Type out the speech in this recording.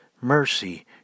mercy